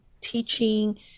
teaching